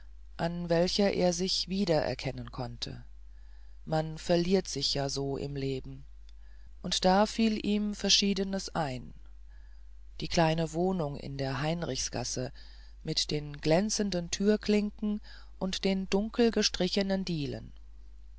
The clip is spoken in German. an welcher er sich wieder erkennen konnte man verliert sich ja so im leben und da fiel ihm verschiedenes ein die kleine wohnung in der heinrichsgasse mit den glänzenden türklinken und den dunkelgestrichenen dielen